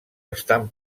estan